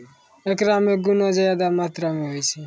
एकरा मे गुना ज्यादा मात्रा मे होय छै